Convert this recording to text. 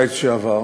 בקיץ שעבר